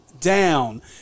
down